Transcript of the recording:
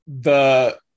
the-